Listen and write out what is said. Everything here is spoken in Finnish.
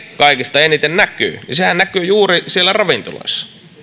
kaikista eniten näkyy niin sehän näkyy juuri siellä ravintoloissa